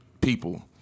people